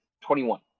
twenty-one